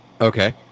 Okay